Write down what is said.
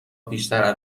بیشتر